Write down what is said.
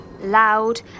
loud